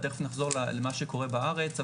תיכף נחזור למה שקורה בארץ.